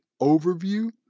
overview